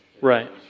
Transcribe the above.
Right